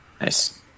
Nice